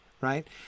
right